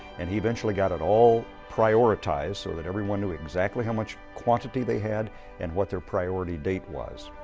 and he eventually got it all prioritized so that everyone knew exactly how much quantity they had and what their priority date was.